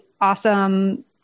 awesome